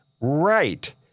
Right